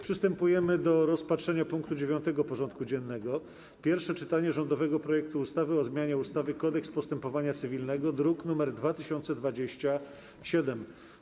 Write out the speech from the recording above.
Przystępujemy do rozpatrzenia punktu 9. porządku dziennego: Pierwsze czytanie rządowego projektu ustawy o zmianie ustawy - Kodeks postępowania cywilnego (druk nr 2027)